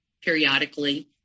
periodically